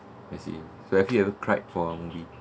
I see so have you ever cried from